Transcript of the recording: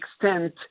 extent